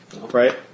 right